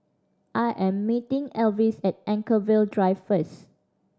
I am meeting Alvis at Anchorvale Drive first